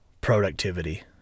productivity